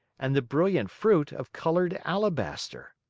and the brilliant fruit of colored alabaster!